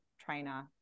trainer